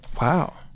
Wow